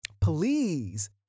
please